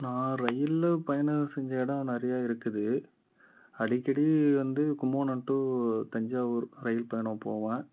நான் இரயிலில் பயணம் செஞ்ச இடம் நிறையா இருக்குது அடிக்கடி வந்து கும்பகோணம் டூ தஞ்சாவூர் இரயில் பயணம் போவேன்